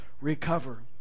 recover